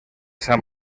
san